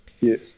yes